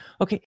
Okay